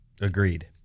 Agreed